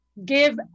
Give